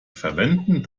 verwenden